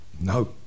No